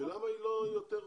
ולמה היא לא עושה יותר אכיפה,